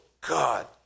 God